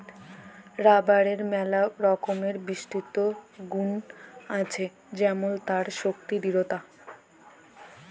রাবারের ম্যালা রকমের বিশিষ্ট গুল আছে যেমল তার শক্তি দৃঢ়তা